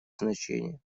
значения